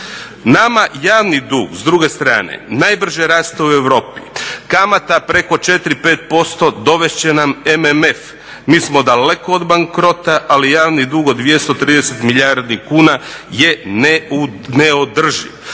Nama javni dug s druge strane najbrže raste u Europi. Kamata preko 4, 5% dovest će nam MMF. Mi smo daleko od bankrota, ali javni dug od 230 milijardi kuna je neodrživ.